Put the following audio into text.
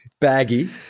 baggy